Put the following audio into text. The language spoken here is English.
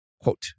Quote